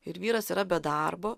ir vyras yra be darbo